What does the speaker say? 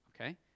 Okay